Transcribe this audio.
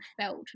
felt